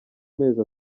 mezi